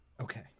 Okay